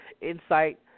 insight